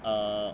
err